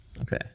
Okay